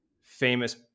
famous